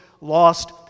lost